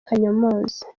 kanyomozi